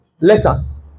letters